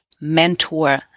Mentor